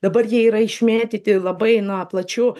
dabar jie yra išmėtyti labai na plačiu